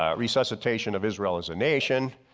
um resuscitation of israel as a nation.